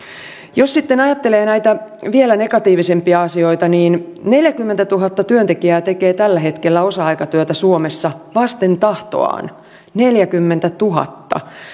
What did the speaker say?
jos sitten ajattelee näitä vielä negatiivisempia asioita niin neljäkymmentätuhatta työntekijää tekee tällä hetkellä osa aikatyötä suomessa vasten tahtoaan neljäkymmentätuhatta